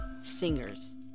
singers